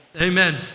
Amen